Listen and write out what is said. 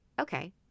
Okay